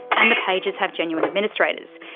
and the pages have genuine administrators.